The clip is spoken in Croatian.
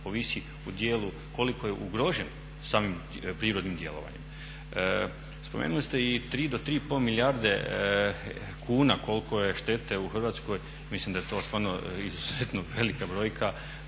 ovisi u dijelu koliko je ugrožen samim prirodnim djelovanjem. Spomenuli ste i 3 do 3,5 milijarde kuna koliko je štete u Hrvatskoj, mislim da je to stvarno izuzetno velika brojka.